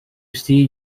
see